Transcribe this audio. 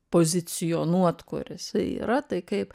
pozicionuot kur jis yra tai kaip